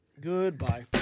goodbye